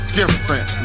different